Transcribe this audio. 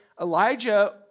Elijah